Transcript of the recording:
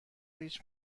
هیچ